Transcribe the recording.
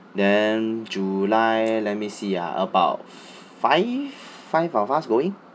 then july let me see ah about five five of us going